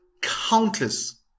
countless